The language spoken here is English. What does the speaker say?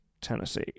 Tennessee